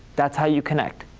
that's how you connect.